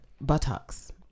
buttocks